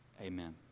Amen